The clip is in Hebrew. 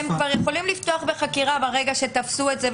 הם כבר יכולים לפתוח בחקירה ברגע שתפסו את זה.